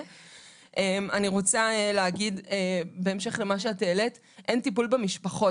בהמשך למה שהעלית, אין טיפול במשפחות.